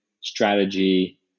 strategy